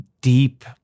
deep